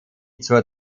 zur